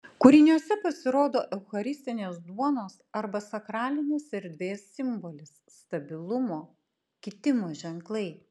kūriniuose pasirodo eucharistinės duonos arba sakralinės erdvės simbolis stabilumo kitimo ženklai